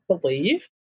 believe